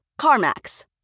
CarMax